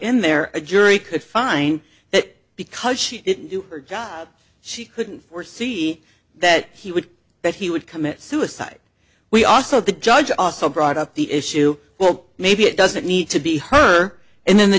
in there a jury could find that because she it or god she couldn't foresee that he would that he would commit suicide we also the judge also brought up the issue well maybe it doesn't need to be her and then the